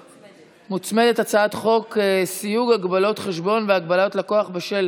מוצמדת הצעת חוק סיוג הגבלות חשבון והגבלת לקוח בשל